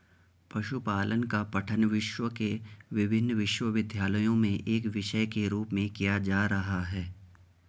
पशुपालन का पठन विश्व के विभिन्न विश्वविद्यालयों में एक विषय के रूप में किया जा रहा है